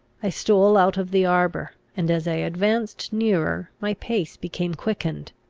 i stole out of the arbour and, as i advanced nearer, my pace became quickened.